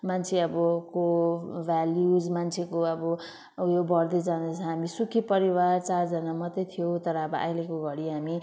मान्छे अब को भ्यालुज मान्छेको अब उयो बढ्दै जाँदैछ हामी सुखी परिवार चारजना मात्रै थियौँ तर अब अहिलेको घडी हामी